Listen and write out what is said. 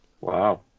Wow